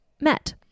met